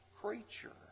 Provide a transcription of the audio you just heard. creature